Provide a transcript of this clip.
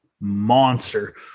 monster